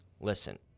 listen